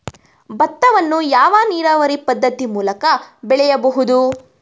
ಭತ್ತವನ್ನು ಯಾವ ನೀರಾವರಿ ಪದ್ಧತಿ ಮೂಲಕ ಬೆಳೆಯಬಹುದು?